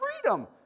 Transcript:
freedom